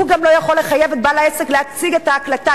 הוא גם לא יכול לחייב את בעל העסק להציג את ההקלטה,